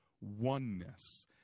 oneness